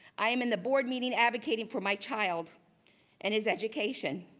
i am in the board meeting advocating for my child and his education.